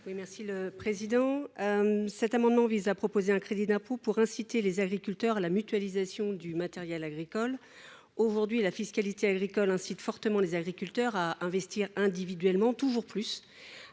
Ghislaine Senée. Cet amendement vise à créer un crédit d’impôt pour inciter les agriculteurs à la mutualisation du matériel agricole. À l’heure actuelle, la fiscalité agricole incite fortement les agriculteurs à investir individuellement toujours plus